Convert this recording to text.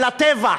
ולטבח.